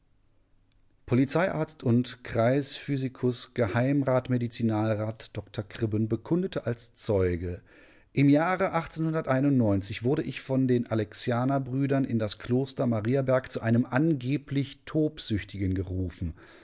polizeiarzt und kreisphysikus geh medizinalrat dr kribben bekundete als zeuge im jahre wurde ich von den alexianerbrüdern in das kloster mariaberg zu einem angeblich tobsüchtigen gerufen